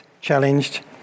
challenged